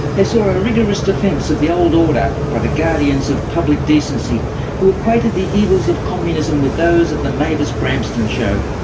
they saw a rigorous defence of the old order by the guardians of public decency who equated the evils of communism with those of the mavis bramston show.